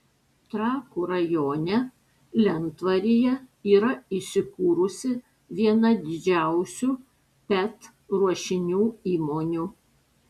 trakų rajone lentvaryje yra įsikūrusi viena didžiausių pet ruošinių įmonių